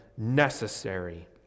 necessary